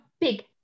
big